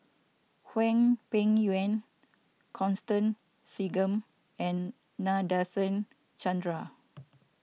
Hwang Peng Yuan Constance Singam and Nadasen Chandra